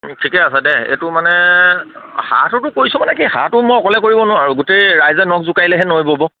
ঠিকে আছে দে এইটো মানে সাহটোতো কৰিছ মানে কি সাহটো মই অকলে কৰিব নোৱাৰোঁ আৰু গোটেই ৰাইজে নখ জোকাৰিলেহে নৈ ব'ব